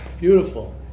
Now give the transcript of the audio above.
Beautiful